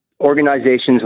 Organizations